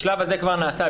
השלב הזה כבר נעשה.